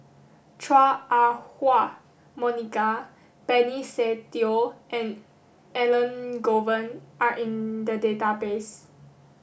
Chua Ah Huwa Monica Benny Se Teo and Elangovan are in the database